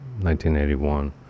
1981